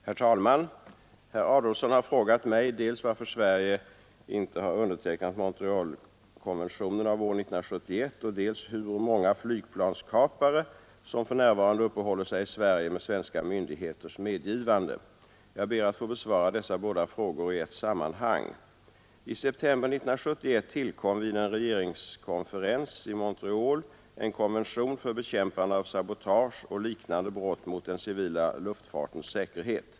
Herr talman! Herr Adolfsson har frågat mig dels varför Sverige inte har undertecknat Montrealkonventionen av år 1971, dels hur många flygplanskapare som för närvarande uppehåller sig i Sverige med svenska myndigheters medgivande. Jag ber att få besvara dessa båda frågor i ett sammanhang. I september 1971 tillkom vid en regeringskonferens i Montreal en konvention för bekämpande av sabotage och liknande brott mot den civila luftfartens si äkerhet.